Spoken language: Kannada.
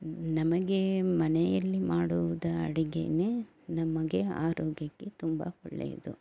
ನಮಗೆ ಮನೆಯಲ್ಲಿ ಮಾಡುವುದು ಅಡಿಗೆನೇ ನಮಗೆ ಆರೋಗ್ಯಕ್ಕೆ ತುಂಬ ಒಳ್ಳೆಯದು